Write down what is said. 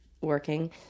working